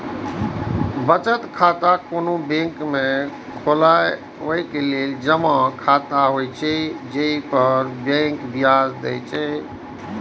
बचत खाता कोनो बैंक में खोलाएल जमा खाता होइ छै, जइ पर बैंक ब्याज दै छै